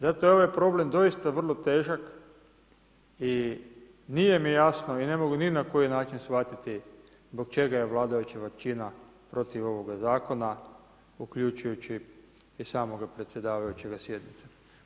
Zato je ovaj problem doista vrlo težak i nije mi jasno i ne mogu ni na koji način shvatiti zbog čega je vladajuća većina protiv ovoga zakona, uključujući i samoga predsjedavajućega sjednice.